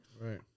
Right